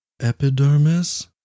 epidermis